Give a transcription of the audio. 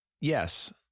Yes